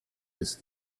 this